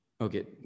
Okay